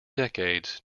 decades